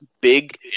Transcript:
big